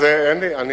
ראשית, אני